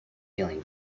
feeling